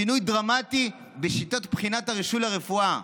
שינוי דרמטי בשיטת בחינת הרישוי לרפואה.